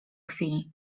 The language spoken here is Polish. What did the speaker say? chwili